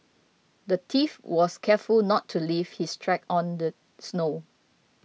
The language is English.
the thief was careful not to leave his tracks on the snow